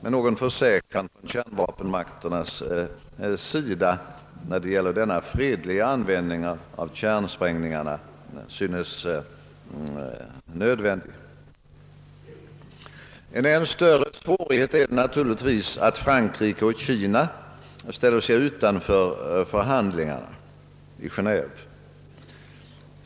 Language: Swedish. En försäkran från kärnvapenmakternas sida när det gäller dessa fredliga sprängningar synes emellertid nödvändig. Än större är naturligtvis svårigheterna med att Frankrike och Kina ställer sig utanför förhandlingarna i Geneve.